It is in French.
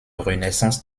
renaissance